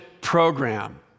program